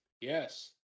yes